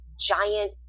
giant